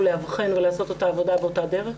לאבחן ולעשות את העבודה באותה הדרך.